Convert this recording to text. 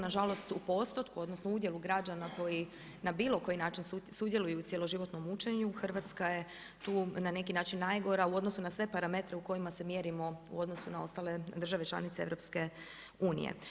žalost u postotku, odnosno udjelu građana koji na bilo koji način sudjeluju u cjeloživotnom učenju Hrvatska je tu na neki način najgora u odnosu na sve parametre u kojima se mjerimo u odnosu na ostale države članice EU.